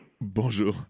Bonjour